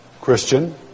Christian